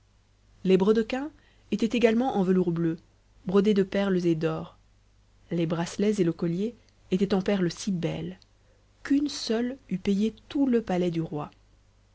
les brodequins étaient également en velours bleu brodés de perles et d'or les bracelets et le collier étaient en perles si belles qu'une seule eût payé tout le palais du roi